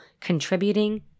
contributing